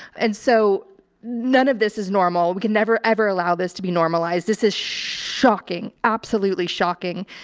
and so none of this is normal. we can never ever allow this to be normalized. this is shocking. absolutely shocking.